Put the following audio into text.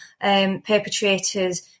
perpetrators